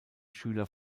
schüler